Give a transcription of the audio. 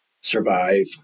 survive